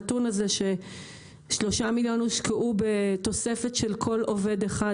הנתון הזה ש-3 מיליון הושקעו בתוספת של כל עובד אחד,